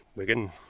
wigan.